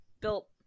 built